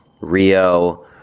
rio